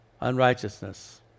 unrighteousness